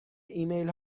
ایمیل